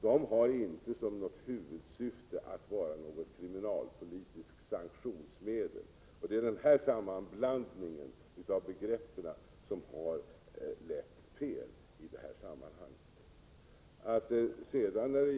De har inte som huvudsyfte att vara ett kriminalpolitiskt sanktionsmedel. Det är denna sammanblandning av begrepp som har lett fel i detta sammanhang.